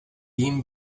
jím